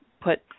put